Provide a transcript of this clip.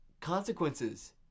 consequences